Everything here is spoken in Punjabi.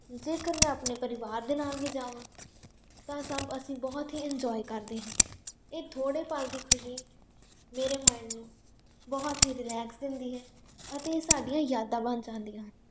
ਜੇਕਰ ਮੈਂ ਆਪਣੇ ਪਰਿਵਾਰ ਦੇ ਨਾਲ ਵੀ ਜਾਵਾਂ ਤਾਂ ਸਭ ਅਸੀਂ ਬਹੁਤ ਹੀ ਇੰਜੋਏ ਕਰਦੇ ਹਾਂ ਇਹ ਥੋੜ੍ਹੇ ਪਲ ਦੀ ਖੁਸ਼ੀ ਮੇਰੇ ਮਾਇੰਡ ਨੂੰ ਬਹੁਤ ਹੀ ਰਿਲੈਕਸ ਦਿੰਦੀ ਹੈ ਅਤੇ ਇਹ ਸਾਡੀਆਂ ਯਾਦਾਂ ਬਣ ਜਾਂਦੀਆਂ ਹਨ